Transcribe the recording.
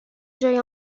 جای